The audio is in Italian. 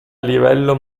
livello